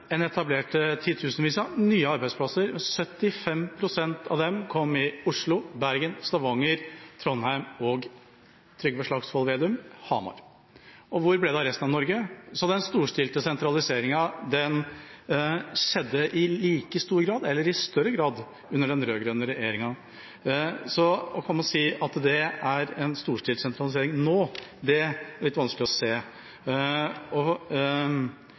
Man etablerte titusenvis av nye arbeidsplasser. 75 pst. av dem kom i Oslo, i Bergen, i Stavanger, i Trondheim og – til Trygve Slagsvold Vedum – i Hamar. Hvor ble det av resten av Norge? Den storstilte sentraliseringa skjedde i like stor grad, eller i større grad, under den rød-grønne regjeringa. Så å komme og si at det er en storstilt sentralisering nå, er litt vanskelig å se.